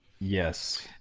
Yes